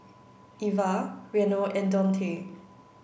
Eva Reno and Dontae